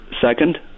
second